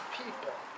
people